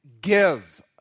give